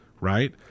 right